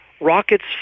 rockets